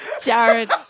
Jared